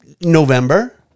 November